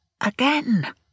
again